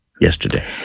yesterday